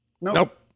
Nope